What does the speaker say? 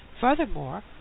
furthermore